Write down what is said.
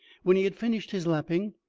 when he had finished his lapping,